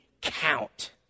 count